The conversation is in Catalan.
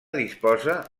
disposa